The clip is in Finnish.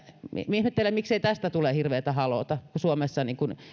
ihmettelen miksei tästä tule hirveätä haloota kun suomessa